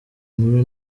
nkuru